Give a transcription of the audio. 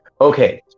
Okay